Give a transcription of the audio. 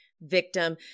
victim